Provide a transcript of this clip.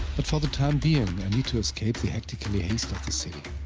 but for the time being, i need to escape the hectically haste of the city.